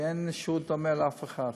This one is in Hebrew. כי אין שירות דומה לאף אחד.